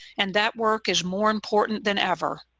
and that work is more important than ever.